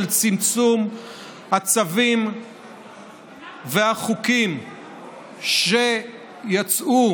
של צמצום הצווים והחוקים שיצאו